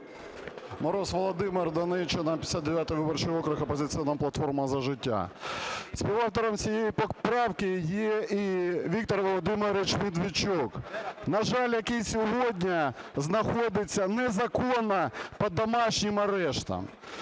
Мороз Володимир, Донеччина, 59 виборчий округ "Опозиційна платформа – За життя". Співавтором цієї поправки є і Віктор Володимирович Медведчук, на жаль, який сьогодні знаходиться незаконно під домашнім арештом.